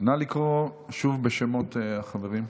לקרוא שוב בשמות החברים.